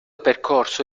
percorso